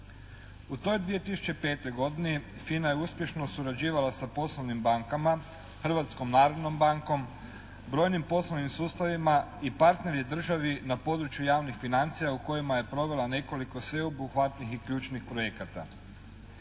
U toj 2005. godini FINA je uspješno surađivala sa poslovnim bankama, Hrvatskom narodnom bankom, brojnim poslovnim sustavima i partner je državi na području javnih financija u kojima je provela nekoliko sveobuhvatnih i ključnih projekata.